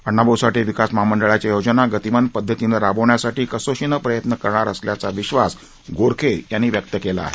अण्णाभाऊ साठे विकास महामंडळाच्या योजना गतीमान पद्धतीनं राबवण्यासाठी कसोशीनं प्रयत्न करणार असल्याचा विश्वास गोरखे यांनी व्यक्त केला आहे